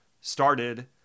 started